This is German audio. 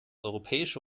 europäische